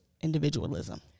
individualism